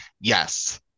Yes